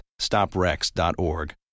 StopRex.org